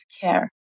care